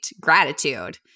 gratitude